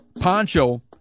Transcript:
Poncho